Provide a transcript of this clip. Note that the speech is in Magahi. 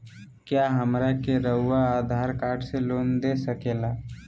क्या हमरा के रहुआ आधार कार्ड से लोन दे सकेला?